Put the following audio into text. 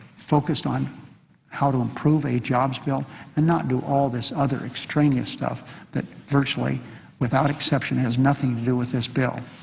focused on how to improve a jobs bill and not do all this other extraneous stuff that virtually without exception has nothing to do with this bill.